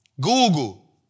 Google